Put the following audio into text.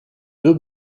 deux